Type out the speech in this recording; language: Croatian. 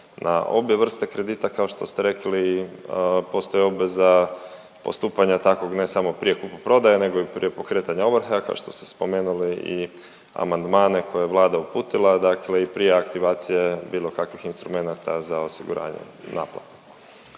na obje vrste kredita, kao što ste rekli. Postoji obveza postupanja takvog, ne samo prije kupoprodaje, nego i prije pokretanja ovrhe, a kao što ste spomenuli i amandmane koje je Vlada uputila, dakle i prije aktivacije bilo kakvih instrumenata za osiguranje naplate.